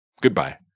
Goodbye